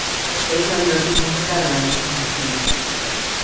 it's a state-run nursing home for veterans in western massachusetts.